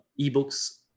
ebooks